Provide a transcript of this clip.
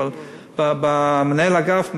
אבל מנהל האגף,